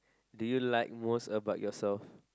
do you like most about yourself